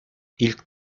i̇lk